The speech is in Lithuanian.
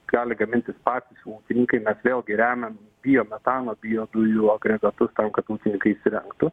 gali gamintis patys ūkininkai bet vėlgi remiam biometano biodujų agregatus tam kad ūkininkai įsirengtų